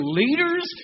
leaders